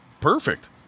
perfect